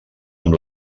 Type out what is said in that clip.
amb